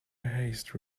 haste